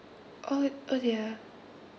oh oh dear